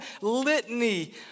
litany